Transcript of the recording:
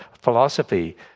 philosophy